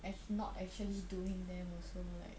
actu~ not actually doing them also like